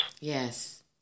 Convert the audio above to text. Yes